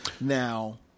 Now